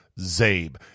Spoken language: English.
zabe